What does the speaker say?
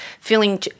feeling